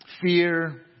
Fear